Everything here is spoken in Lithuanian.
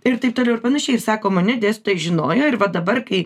ir taip toliau ir panašiai sako mane dėstytojai žinojo ir vat dabar kai